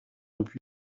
depuis